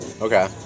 Okay